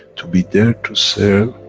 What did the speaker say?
to be there to serve,